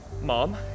Mom